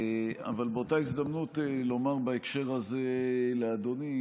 אבל באותה הזדמנות לומר בהקשר הזה לאדוני